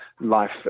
life